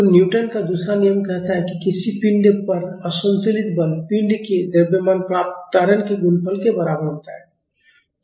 तो न्यूटन का दूसरा नियम कहता है कि किसी पिंड पर असंतुलित बल पिंड के द्रव्यमान प्राप्त त्वरण के गुणनफल के बराबर होता है